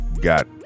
got